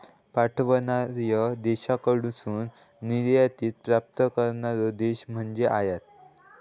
पाठवणार्या देशाकडसून निर्यातीत प्राप्त करणारो देश म्हणजे आयात